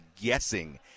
guessing